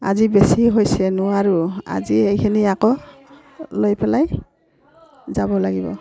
আজি বেছি হৈছে নোৱাৰোঁ আজি এইখিনি আকৌ লৈ পেলাই যাব লাগিব